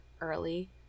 early